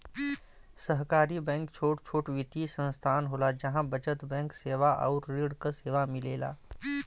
सहकारी बैंक छोट छोट वित्तीय संस्थान होला जहा बचत बैंक सेवा आउर ऋण क सेवा मिलेला